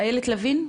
איילת לוין?